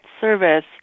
service